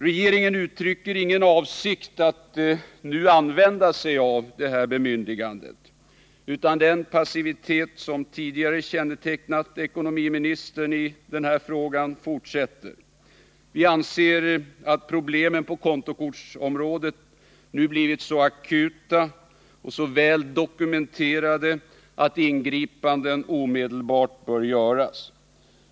Regeringen uttrycker ingen avsikt att nu använda sig av detta bemyndigande, utan den passivitet som tidigare kännetecknat ekonomiministern i denna fråga fortsätter. Vi anser att problemen på kontokortsområdet nu blivit så akuta och väl dokumenterade att ingripanden omedelbart bör göras.